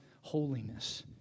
holiness